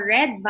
Red